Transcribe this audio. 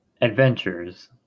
adventures